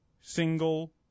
single